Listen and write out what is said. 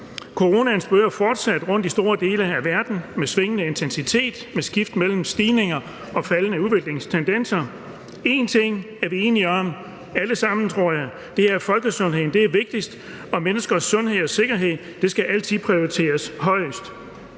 Coronaen spøger fortsat i store dele af verden med svingende intensitet, med skift mellem stigende og faldende udviklingstendenser. En ting er vi enige om alle sammen – tror jeg – nemlig at det vigtigste er folkesundheden, og at menneskers sundhed og sikkerhed altid skal prioriteres højst.